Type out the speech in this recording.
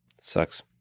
sucks